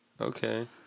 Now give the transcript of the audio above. Okay